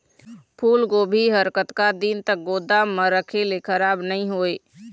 फूलगोभी हर कतका दिन तक गोदाम म रखे ले खराब नई होय?